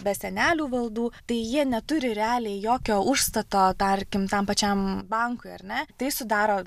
be senelių valdų tai jie neturi realiai jokio užstato tarkim tam pačiam bankui ar ne tai sudaro